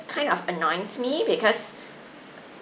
kind of annoys me because